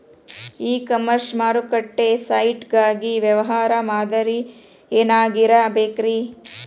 E commerce ಮಾರುಕಟ್ಟೆ site ಗಾಗಿ ವ್ಯವಹಾರ ಮಾದರಿ ಏನಾಗಿರಬೇಕ್ರಿ?